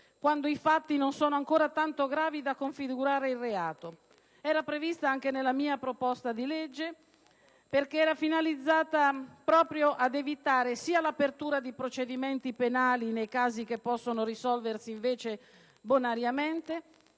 quando i fatti non sono ancora tanto gravi da configurare il reato. Era prevista anche nella mia proposta di legge, perché era finalizzata proprio ad evitare sia l'apertura di procedimenti penali nei casi che possono risolversi invece bonariamente,